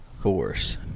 Force